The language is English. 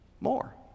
more